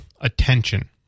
attention